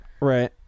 Right